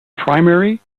primary